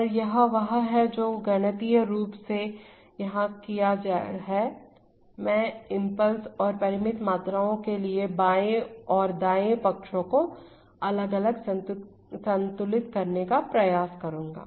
और यही वह है जो गणितीय रूप से यहाँ किया है मैं इम्पल्स और परिमित मात्राओं के लिए बाएँ और दाएँ पक्षों को अलग अलग संतुलित करने का प्रयास करूँगा